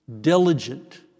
diligent